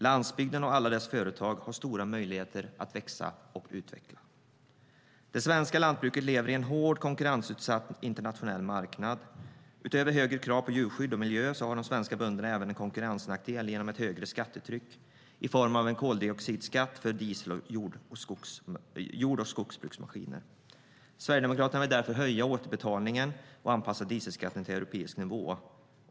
Landsbygden och alla dess företag har stora möjligheter att växa och utvecklas. Det svenska lantbruket lever i en hård, konkurrensutsatt internationell marknad. Utöver högre krav på djurskydd och miljö har de svenska bönderna även en konkurrensnackdel genom ett högre skattetryck i form av en koldioxidskatt på diesel för jord och skogsbruksmaskiner. Sverigedemokraterna vill därför höja återbetalningen och anpassa dieselskatten till europeisk nivå.